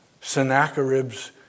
Sennacherib's